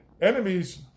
enemies